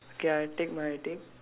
okay I take my take